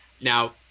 Now